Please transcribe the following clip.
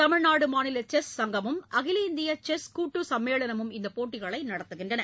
தமிழ்நாடு மாநில செஸ் சங்கமும் அகில இந்திய செஸ் கூட்டு சம்மேளனமும் இந்த போட்டிகளை நடத்துகின்றன